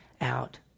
out